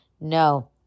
No